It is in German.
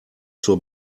zur